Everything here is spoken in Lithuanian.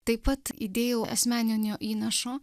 taip pat įdėjau asmeninio įnašo